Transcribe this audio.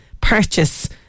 purchase